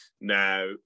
Now